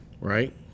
Right